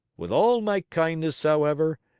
with all my kindness, however,